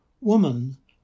Woman